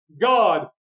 God